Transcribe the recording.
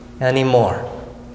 anymore